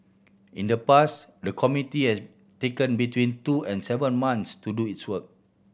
in the past the committee has taken between two and seven months to do its work